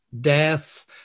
death